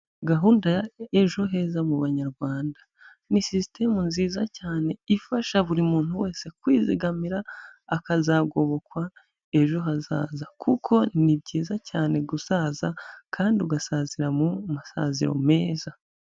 Gahunda ya ejo heza mu Banyarwanda, ni sisitemu nziza cyane ifasha buri muntu wese kwizigamira akazagobokwa ejo hazaza, kuko ni byiza cyane gusaza kandi ugasazira mu masaziro meza.